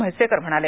म्हैसेकर म्हणाले